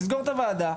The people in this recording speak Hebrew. תסגור את הוועדה,